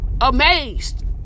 Amazed